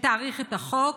שתאריך את החוק,